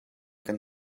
kan